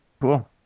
Cool